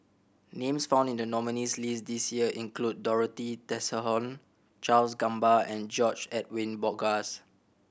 names found in the nominees' list this year include Dorothy Tessensohn Charles Gamba and George Edwin Bogaars